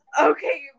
Okay